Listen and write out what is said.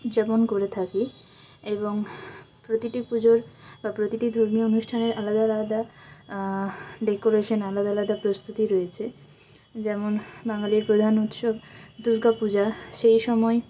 যেমন করে থাকে এবং প্রতিটি পুজোর বা প্রতিটি ধর্মীয় অনুষ্ঠানের আলাদা আলাদা ডেকোরেশন আলাদা আলাদা প্রস্তুতি রয়েছে যেমন বাঙ্গালির প্রধান উৎসব দুর্গা পূজা সেই সময়